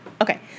Okay